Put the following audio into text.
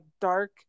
dark